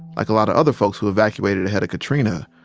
like a lot of other folks who evacuated ahead of katrina,